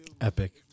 Epic